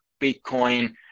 Bitcoin